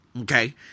Okay